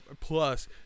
plus